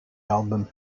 album